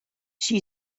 she